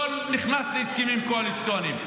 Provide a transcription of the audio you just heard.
אני לא נכנס להסכמים קואליציוניים.